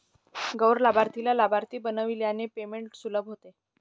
गैर लाभार्थीला लाभार्थी बनविल्याने पेमेंट सुलभ होते